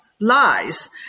Lies